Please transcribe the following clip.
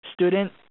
Student